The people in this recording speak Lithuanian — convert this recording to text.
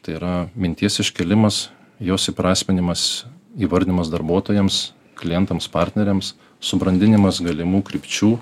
tai yra minties iškėlimas jos įprasminimas įvardinimas darbuotojams klientams partneriams subrandinimas galimų krypčių